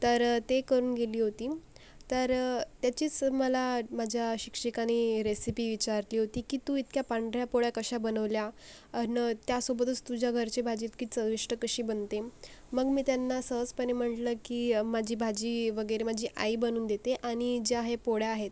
तर ते करून गेली होती तर त्याचीच मला माझ्या शिक्षिकाने रेसिपी विचारली होती की तू इतक्या पांढऱ्या पोळ्या कशा बनवल्या आणि त्यासोबतच तुझ्या घरची भाजी इतकी चविष्ट कशी बनते मग मी त्यांना सहजपणे म्हटलं की माझी भाजी वगैरे माझी आई बनवून देते आणि ज्या ह्या पोळ्या आहेत